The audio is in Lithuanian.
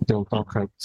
dėl to kad